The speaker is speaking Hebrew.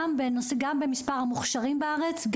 גם במספר המוכשרים בארץ.